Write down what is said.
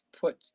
put